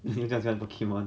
你在讲 pokemon